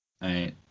Right